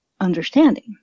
understanding